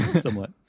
somewhat